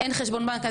אין חשבון בנק,